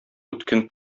үткен